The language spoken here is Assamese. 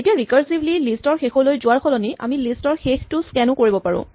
এতিয়া ৰিকাৰছিভলী লিষ্ট ৰ শেষলৈ যোৱাৰ সলনি আমি লিষ্ট ৰ শেষটো স্কেন ও কৰিব পাৰোঁ